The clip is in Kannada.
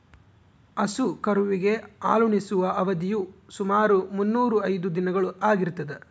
ಹಸು ಕರುವಿಗೆ ಹಾಲುಣಿಸುವ ಅವಧಿಯು ಸುಮಾರು ಮುನ್ನೂರಾ ಐದು ದಿನಗಳು ಆಗಿರ್ತದ